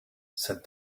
said